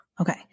Okay